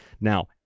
now